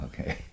Okay